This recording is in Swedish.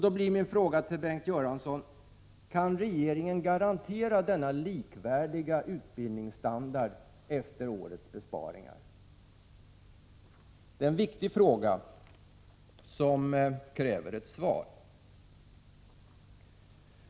Då blir min fråga till Bengt Göransson: Kan regeringen garantera denna likvärdiga utbildningsstandard efter årets besparingar? Det är en viktig fråga, som kräver ett svar.